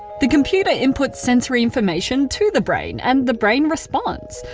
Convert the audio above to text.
the computer inputs sensory information to the brain and the brain responds,